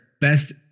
best